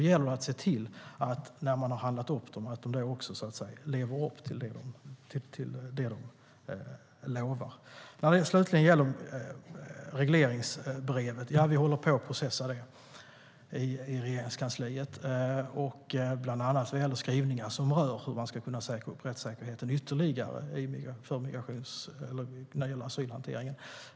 När man har handlat upp dem gäller det att se till att företagen lever upp till vad de lovat. När det gäller regleringsbrevet håller vi på att processa det i Regeringskansliet. Det gäller bland annat skrivningar som rör hur man kan säkra rättssäkerheten i asylhanteringen ytterligare.